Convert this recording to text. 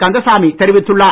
கந்தசாமி தெரிவித்துள்ளார்